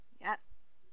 Yes